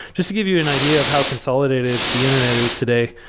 just to give you an idea of how consolidated the internet is today,